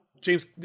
James